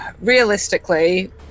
realistically